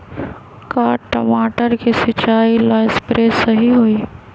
का टमाटर के सिचाई ला सप्रे सही होई?